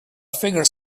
figure